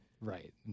right